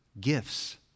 gifts